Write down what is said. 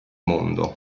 mondo